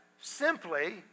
simply